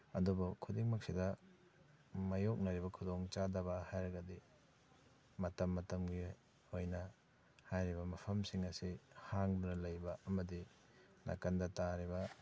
ꯑꯗꯨꯕꯨ ꯈꯨꯗꯤꯡꯃꯛꯁꯤꯗ ꯃꯥꯏꯌꯣꯛꯅꯔꯤꯕ ꯈꯨꯗꯣꯡ ꯆꯥꯗꯕ ꯍꯥꯏꯔꯒꯗꯤ ꯃꯇꯝ ꯃꯇꯝꯒꯤ ꯑꯣꯏꯅ ꯍꯥꯏꯔꯤꯕ ꯃꯐꯝꯁꯤꯡ ꯑꯁꯤ ꯍꯥꯡꯗꯨꯅ ꯂꯩꯕ ꯑꯃꯗꯤ ꯅꯥꯀꯟꯗ ꯇꯥꯔꯤꯕ